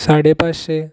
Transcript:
साडे पांचशें